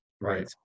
right